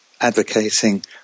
advocating